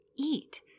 eat